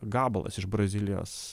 gabalas iš brazilijos